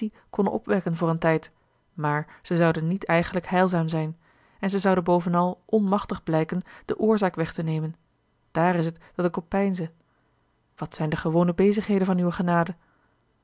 konnen opwekken voor een tijd maar zij zouden niet eigenlijk heilzaam zijn en zij zouden bovenal onmachtig blijken de oorzaak weg te nemen daar is het dat ik op peize wat zijn de gewone bezigheden van uwe